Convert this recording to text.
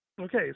Okay